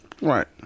Right